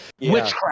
witchcraft